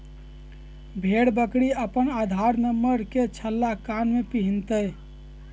भेड़ बकरी अपन आधार नंबर के छल्ला कान में पिन्हतय